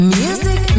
music